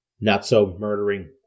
not-so-murdering